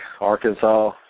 Arkansas